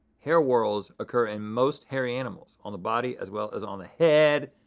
hair whorls occur in most hairy animals, on the body as well as on the head!